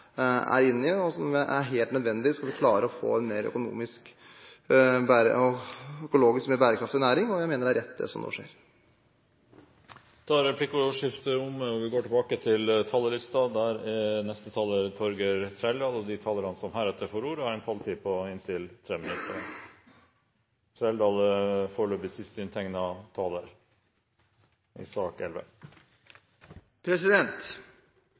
er inne i, og som er helt nødvendig skal vi klare å få en økonomisk og økologisk mer bærekraftig næring. Jeg mener det er rett det som nå skjer. Replikkordskiftet er omme. De talerne som heretter får ordet, har en taletid på inntil 3 minutter. I